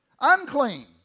Unclean